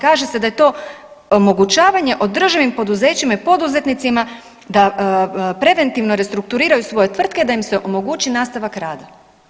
Kaže se da je to omogućavanje održivim poduzećima i poduzetnicima da preventivno restrukturiraju svoje tvrtke da im se omogući nastavak rada.